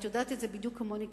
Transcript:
ואת יודעת את זה בדיוק כמוני,